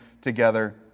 together